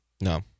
No